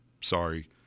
sorry